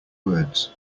words